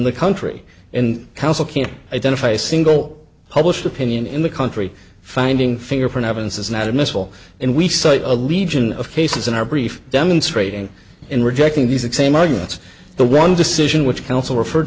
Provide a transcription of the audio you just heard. and council can't identify a single published opinion in the country finding fingerprint evidence is not admissible and we cite a legion of cases in our brief demonstrating in rejecting these exam arguments the one decision which counsel referred